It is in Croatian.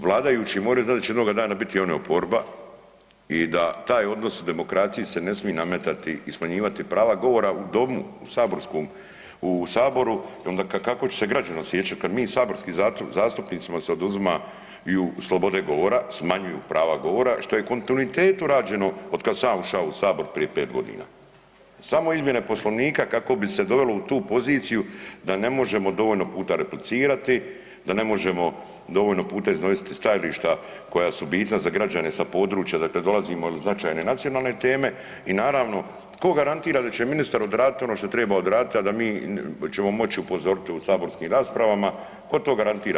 Vladajući moraju znat da će jednoga dana biti i oni oporba i da taj odnos u demokraciji se ne smi nametati i smanjivati prava govora u domu saborskom, u saboru i onda kako će se građani osjećat kad mi saborskim zastupnicima se oduzima i u slobode govora, smanjuju prava govora, što je u kontinuitetu rađeno otkad sam ja uša u sabor prije 5.g. Samo izmjene Poslovnika kako bi se dovelo u tu poziciju da ne možemo dovoljno puta replicirati, da ne možemo dovoljno puta iznositi stajališta koja su bitna za građane sa područja odakle dolazimo il značajne nacionalne teme i naravno ko garantira da će ministar odradit ono šta treba odradit, a da mi ćemo moć upozorit u saborskim raspravama, ko to garantira?